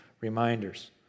reminders